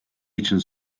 için